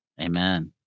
Amen